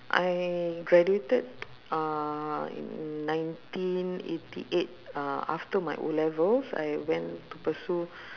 I graduated uh in nineteen eighty eight uh after my O-levels I went to pursue